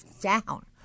down